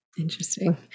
Interesting